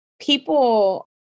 people